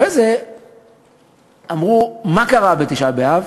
אחרי זה אמרו, מה קרה בתשעה באב?